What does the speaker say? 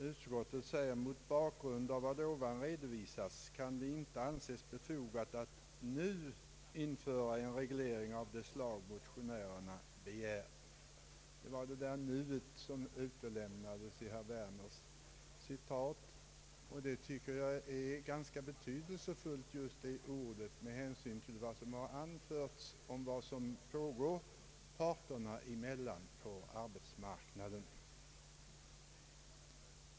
Utskottet säger följande: ”Mot bakgrund av vad ovan redovisats kan det inte anses befogat att nu införa en reglering av det slag motionärerna begär.” Herr Werner utelämnade ordet ”nu”, när han återgav vad utskottet anfört. Jag tycker att detta ord är ganska betydelsefullt med hänsyn till vad som har anförts om vad som pågår mellan parterna på arbetsmarknaden.